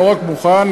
לא רק מוכן,